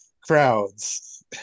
Crowds